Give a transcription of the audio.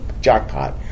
jackpot